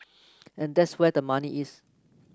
and that's where the money is